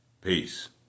Peace